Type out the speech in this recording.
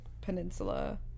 peninsula